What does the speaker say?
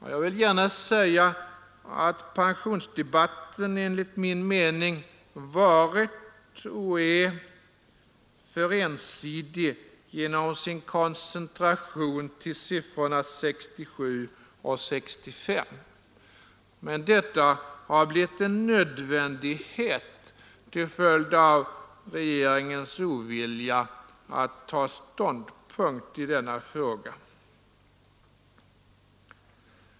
Enligt min mening har pensionsdebatten varit och är alltjämt för ensidig genom sin koncentration till åldrarna 67 och 65 år, men detta har blivit en nödvändighet till följd av regeringens ovilja att ta ståndpunkt i denna fråga.